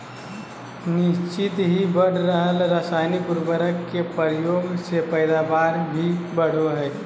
निह्चित ही बढ़ रहल रासायनिक उर्वरक के प्रयोग से पैदावार भी बढ़ो हइ